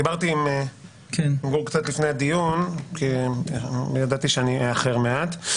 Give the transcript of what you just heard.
דיברתי עם גור לפני הדיון, ידעתי שאאחר מעט.